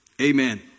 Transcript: Amen